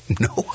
No